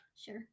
Sure